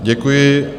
Děkuji.